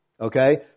Okay